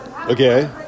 Okay